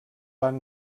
van